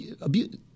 abuse